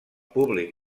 públic